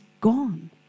gone